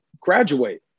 graduate